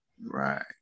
Right